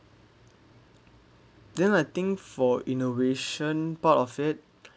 then I think for innovation part of it